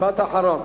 משפט אחרון.